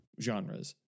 genres